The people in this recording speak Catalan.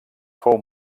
fou